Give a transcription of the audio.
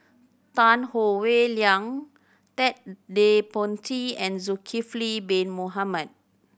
Tan Howe Liang Ted De Ponti and Zulkifli Bin Mohamed